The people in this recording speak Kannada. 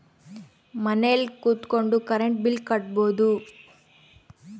ಮನೆಲ್ ಕುತ್ಕೊಂಡ್ ಕರೆಂಟ್ ಬಿಲ್ ಕಟ್ಬೊಡು